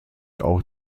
auch